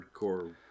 hardcore